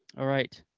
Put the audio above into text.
alright.